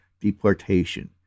deportation